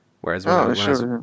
Whereas